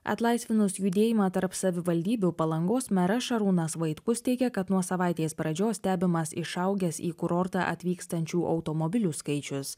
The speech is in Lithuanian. atlaisvinus judėjimą tarp savivaldybių palangos meras šarūnas vaitkus teigia kad nuo savaitės pradžios stebimas išaugęs į kurortą atvykstančių automobilių skaičius